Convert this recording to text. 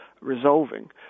resolving